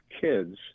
kids